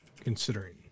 considering